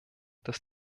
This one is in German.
dass